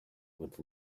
with